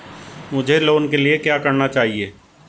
मुझे लोन लेने के लिए क्या चाहिए?